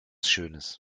schönes